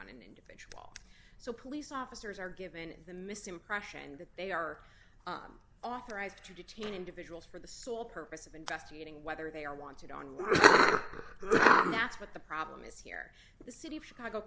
on an individual so police officers are given the misimpression that they are authorized to detain individuals for the sole purpose of investigating whether they are wanted on that's what the problem is here the city of chicago